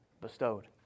bestowed